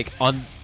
on